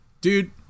Dude